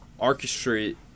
orchestrate